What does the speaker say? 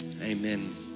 Amen